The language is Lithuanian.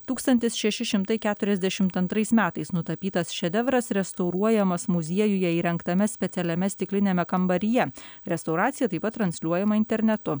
tūkstantis šeši šimtai keturiasdešimt antrais metais nutapytas šedevras restauruojamas muziejuje įrengtame specialiame stikliniame kambaryje restauracija taip pat transliuojama internetu